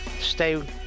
Stay